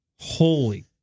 Holy